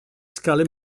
scale